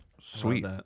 sweet